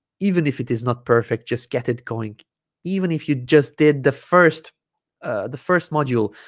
even if it is not perfect just get it going even if you just did the first ah the first module